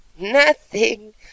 Nothing